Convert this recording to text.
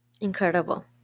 Incredible